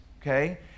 okay